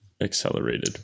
accelerated